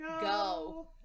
go